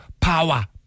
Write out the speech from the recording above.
Power